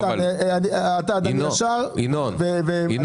אתה אדם ישר ואני